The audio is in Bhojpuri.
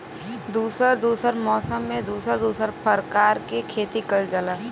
दुसर दुसर मौसम में दुसर दुसर परकार के खेती कइल जाला